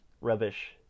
rubbish